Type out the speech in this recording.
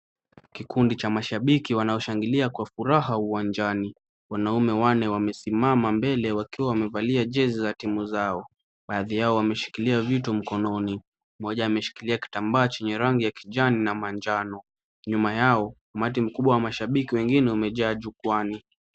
Kikundi sha mashabiki wanaoshangilia kwa furaha uwanjani. Wanaume wanne wamesimama mbele wakiwa wamevalia jezi za timu zao. Baadhi yao wameshikilia vitu mkononi. Mmoja ameshikilia kitambaa chenye rangi ya kijani na manjano. Nyuma yao umati mkubwa wa mashabiki wengine umejaa jukwaani.